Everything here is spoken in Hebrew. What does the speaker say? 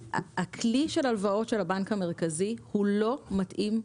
הכלי של הלוואות של הבנק המרכזי הוא לא מתאים,